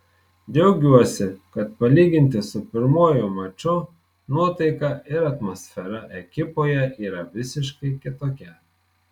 džiaugiuosi kad palyginti su pirmuoju maču nuotaika ir atmosfera ekipoje yra visiškai kitokia